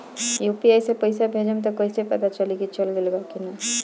UPI से पइसा भेजम त कइसे पता चलि की चल गेल बा की न?